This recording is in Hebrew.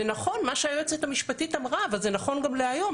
זה נכון מה שהיועצת המשפטית אמרה אבל זה נכון גם להיום,